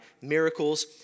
miracles